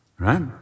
right